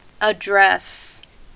address